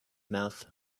mouth